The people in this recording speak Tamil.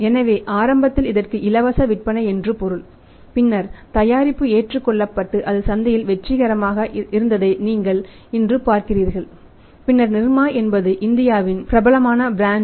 எனவே ஆரம்பத்தில் இதற்கு இலவச விற்பனை என்று பொருள் பின்னர் தயாரிப்பு ஏற்றுக்கொள்ளப்பட்டு அது சந்தையில் வெற்றிகரமாக இருந்ததை நீங்கள் இன்று பார்க்கிறீர்கள் பின்னர் நிர்மா என்பது இந்தியாவின் பிரபலமான பிராண்ட்